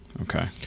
Okay